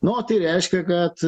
nu o tai reiškia kad